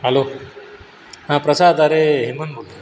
hello हं प्रसाद अरे हेमंत बोलतो आहे